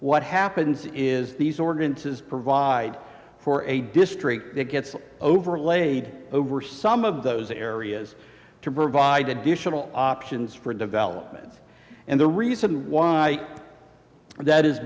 what happens is these ordinances provide for a district it gets overlaid over some of those areas to provide additional options for development and the reason why that is